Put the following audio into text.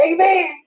Amen